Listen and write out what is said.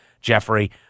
Jeffrey